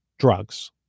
Drugs